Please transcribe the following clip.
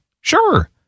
Sure